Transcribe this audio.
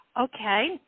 Okay